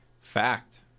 Fact